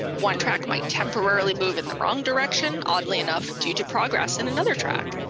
one track might temporarily move in the wrong direction, oddly enough, due to progress in another track.